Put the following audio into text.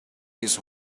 his